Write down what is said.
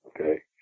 okay